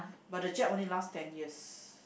but the jab only last ten years